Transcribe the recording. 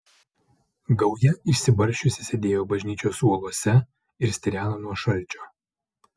gauja išsibarsčiusi sėdėjo bažnyčios suoluose ir stireno nuo šalčio